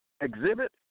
Exhibit